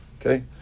okay